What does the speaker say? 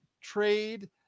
trade